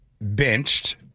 benched